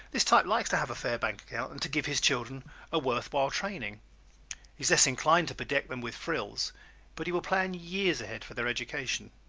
this type likes to have a fair bank account and to give his children a worth while training. he is less inclined to bedeck them with frills but he will plan years ahead for their education.